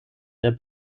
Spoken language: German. der